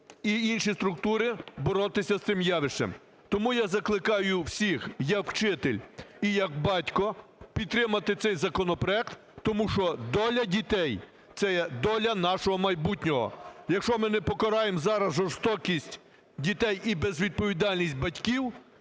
і інші структури боротися з цим явищем. Тому я закликаю всіх як вчитель і як батько підтримати цей законопроект, тому що доля дітей – це є доля нашого майбутнього, якщо ми не покраємо зараз жорстокість дітей і безвідповідальність батьків,